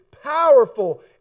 powerful